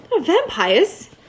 vampires